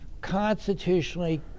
Constitutionally